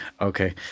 Okay